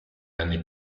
anni